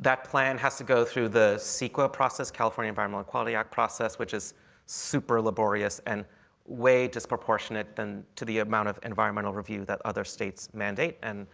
that plan has to go through the ceqa process california environmental quality act process, which is super laborious and way disproportionate to the amount of environmental review that other states mandate. and